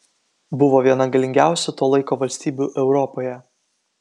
buvo viena galingiausių to laiko valstybių europoje